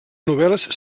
novel·les